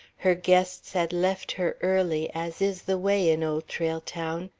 her guests had left her early, as is the way in old trail town.